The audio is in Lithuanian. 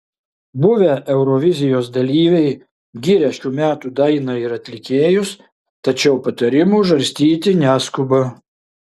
buvę eurovizijos dalyviai giria šių metų dainą ir atlikėjus tačiau patarimų žarstyti neskuba